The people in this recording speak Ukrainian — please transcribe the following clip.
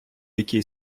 який